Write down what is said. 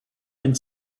and